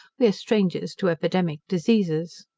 we are strangers to epidemic diseases.